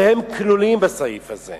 שהם כלולים בסעיף הזה: